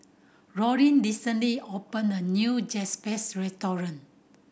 Dorene recently opened a new Japchae Restaurant